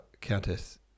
countess